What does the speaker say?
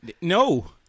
No